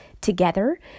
together